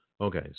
Okay